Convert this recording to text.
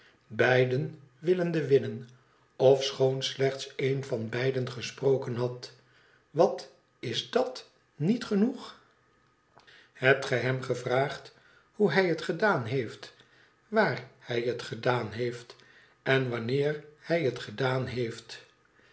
beiden willende winnen ofschoon slechts een van beiden gesproken had wat is da t niet genoeg hebt gij hem gevraagd hoe hij het gedaan heeft waar hij het gedaan heeft en wanneer hij het gedaan heeft